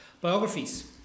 Biographies